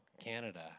Canada